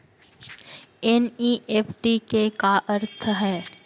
NEFT के का अर्थ है?